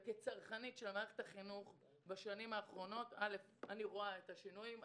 וכצרכנית של מערכת החינוך בשנים האחרונות אני רואה את השינויים.